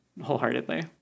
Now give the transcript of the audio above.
wholeheartedly